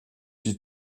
die